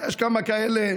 יש כמה כאלה,